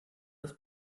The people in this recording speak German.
das